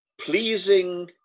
pleasing